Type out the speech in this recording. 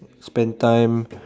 spent time